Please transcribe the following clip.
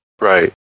Right